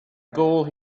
gold